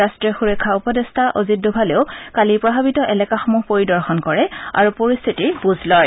ৰাষ্ট্ৰীয় সূৰক্ষা উপদেষ্টা অজিত ডোভালেও কালি প্ৰভাৱিত এলেকাসমূহ পৰিদৰ্শন কৰে আৰু পৰিস্থিতিৰ বুজ লয়